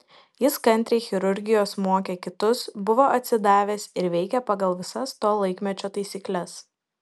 jis kantriai chirurgijos mokė kitus buvo atsidavęs ir veikė pagal visas to laikmečio taisykles